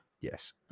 Yes